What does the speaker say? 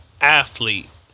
athlete